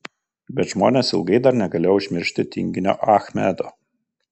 bet žmonės ilgai dar negalėjo užmiršti tinginio achmedo